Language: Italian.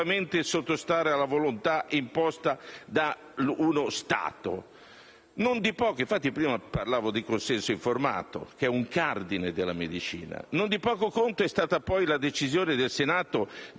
esclusivamente sottostare alla volontà impositiva dello Stato. Non di poco conto è stata poi la decisione del Senato di